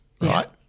Right